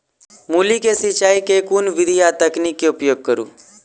मूली केँ सिचाई केँ के विधि आ तकनीक केँ उपयोग करू?